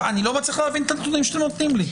אני לא מצליח להבין את הנתונים שאתם נותנים לי.